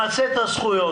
ותמצה את הזכויות.